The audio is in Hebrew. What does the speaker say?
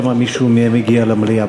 שמא מישהו מהם הגיע למליאה.